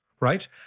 right